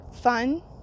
fun